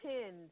tens